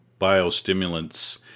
biostimulants